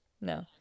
No